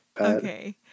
Okay